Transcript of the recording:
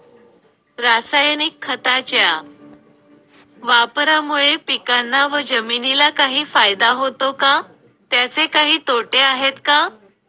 रासायनिक खताच्या वापरामुळे पिकांना व जमिनीला काही फायदा होतो का? त्याचे काही तोटे आहेत का?